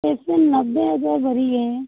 एक सौ नब्बे हज़ार